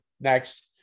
next